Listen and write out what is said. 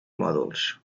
mòduls